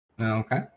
Okay